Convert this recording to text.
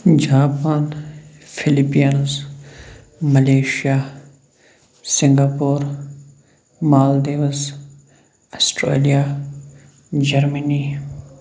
Japan Philippines Malaysia Singapore Maldives Australia Germany